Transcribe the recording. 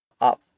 up